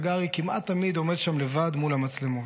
הגרי כמעט תמיד עומד שם לבד מול המצלמות.